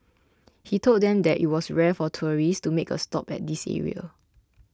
he told them that it was rare for tourists to make a stop at this area